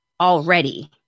already